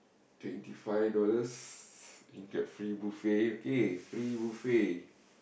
twenty five dollars you get free buffet okay free buffet